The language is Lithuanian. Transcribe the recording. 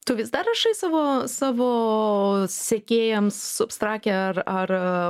tu vis dar rašai savo savo sekėjams substake ar ar